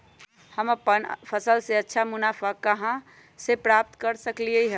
हम अपन फसल से अच्छा मुनाफा कहाँ से प्राप्त कर सकलियै ह?